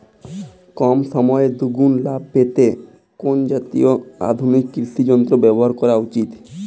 কম সময়ে দুগুন লাভ পেতে কোন জাতীয় আধুনিক কৃষি যন্ত্র ব্যবহার করা উচিৎ?